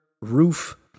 roof